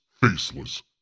faceless